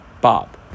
Bob